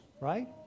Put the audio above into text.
right